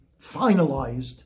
finalized